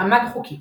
מעמד חוקי